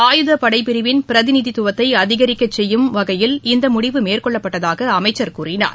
ஆயுதப் படை பிரிவின் பிரதிநிதித்துவத்தை அதிகரிக்க செய்யும்வகையில் இந்த முடிவு மேற்கொள்ளப்பட்டதாக அமைச்சர் கூறினார்